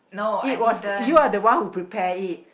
it was you are the one who prepare it